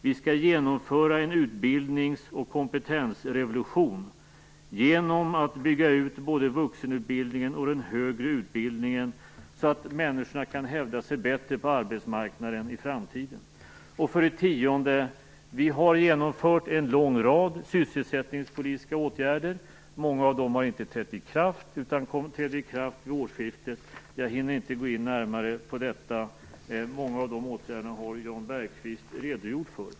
Vi skall genomföra en utbildnings och kompetensrevolution genom att bygga ut både vuxenutbildningen och den högre utbildningen så att människor i framtiden bättre kan hävda sig på arbetsmarknaden. 10. Vi har genomfört en lång rad sysselsättningspolitiska åtgärder. Många av dem har inte trätt i kraft utan träder i kraft vid årsskiftet. Jag hinner inte närmare gå in på dessa åtgärder. Många av dem har Jan Bergqvist redan redogjort för.